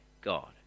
God